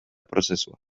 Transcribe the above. prozesua